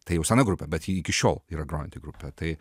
tai jau sena grupė bet ji iki šiol yra grojanti grupė tai